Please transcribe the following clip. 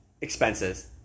expenses